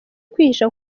kwihisha